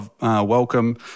welcome